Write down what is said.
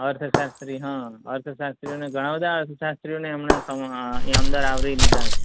અર્થશાસ્ત્રી હં અર્થશાસ્ત્રીઓને ઘણા બધા અર્થશાસ્ત્રીઓને એમણે અંદર આવરી લીધા છે